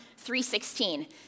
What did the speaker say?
3.16